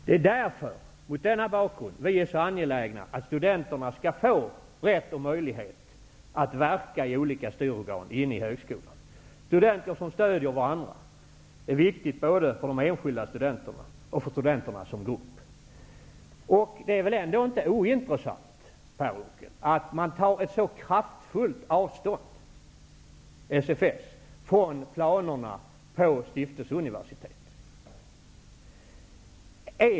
Det är mot denna bakgrund som vi är så angelägna att studenterna skall få rätt och möjlighet att verka i olika styrorgan inom högskolan. Att studenter stöder varandra är viktigt både för de enskilda studenterna och för studenterna som grupp. Det är väl ändå inte ointressant, Per Unckel, att SFS tar ett så kraftfullt avstånd från planerna på stiftelseuniversitet.